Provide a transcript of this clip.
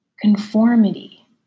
conformity